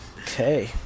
Okay